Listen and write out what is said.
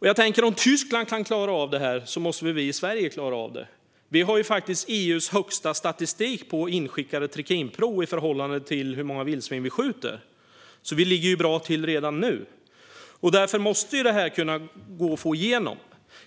Jag tänker att om Tyskland kan klara av detta måste väl vi i Sverige klara av det. Vi har faktiskt EU:s högsta statistik på inskickade trikinprov i förhållande till hur många vildsvin vi skjuter, så vi ligger bra till redan nu. Därför måste det här kunna gå att få igenom.